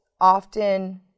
often